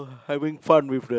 having fun with